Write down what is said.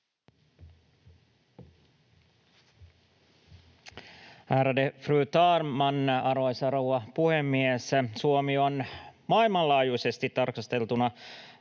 Ärade fru talman, arvoisa rouva puhemies! Suomi on maailmanlaajuisesti tarkasteltuna